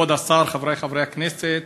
כבוד השר, חברי חברי הכנסת,